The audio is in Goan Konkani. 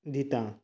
दितां